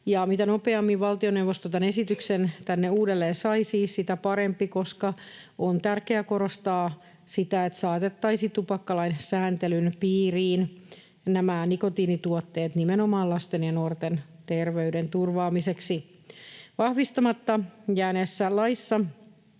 Mitä nopeammin valtioneuvosto tämän esityksen tänne uudelleen saisi, sitä parempi, koska on tärkeä korostaa sitä, että saatettaisiin tupakkalain sääntelyn piiriin nämä nikotiinituotteet, nimenomaan lasten ja nuorten terveyden turvaamiseksi. Vahvistamatta jääneessä laissa